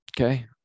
Okay